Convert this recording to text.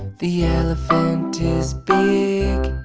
the elephant is big